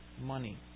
money